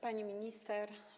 Pani Minister!